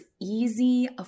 easy